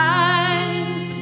eyes